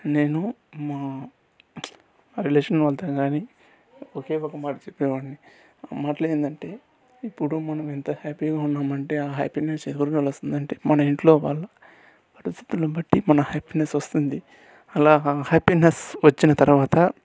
నేను మా రిలేషన్ వాళ్ళతో కానీ ఒకే ఒక మాట చెప్పేవాడిని ఆ మాట ఏందంటే ఇప్పుడు మన ఎంత హ్యాపీగా ఉన్నాం అంటే ఆ హ్యాపీనెస్ ఎవరివల్ల వస్తుందంటే మన ఇంట్లోవాళ్ళు పరిస్థితిని బట్టి మన హ్యాపీనెస్ వస్తుంది అలాగా హ్యాపీనెస్ వచ్చిన తర్వాత